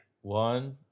one